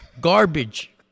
Garbage